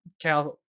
Cal